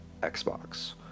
xbox